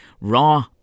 Raw